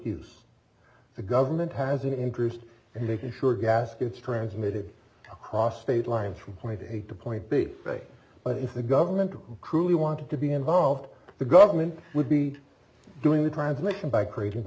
use the government has an interest in making sure gas gets transmitted across state lines from point a to point b bay but if the government truly wanted to be involved the government would be doing the transmission by creating the